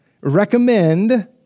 recommend